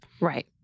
Right